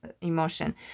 emotion